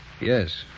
Yes